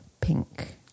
Pink